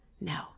No